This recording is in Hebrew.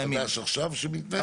זה משהו חדש שעכשיו מתנהל?